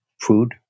food